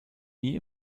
nie